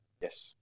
Yes